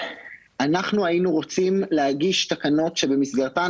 אנחנו היינו רוצים להגיש תקנות שבמסגרתן